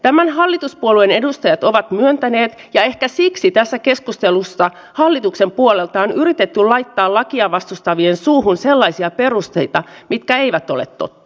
tämän hallituspuolueiden edustajat ovat myöntäneet ja ehkä siksi tässä keskustelussa hallituksen puolelta on yritetty laittaa lakia vastustavien suuhun sellaisia perusteita jotka eivät ole totta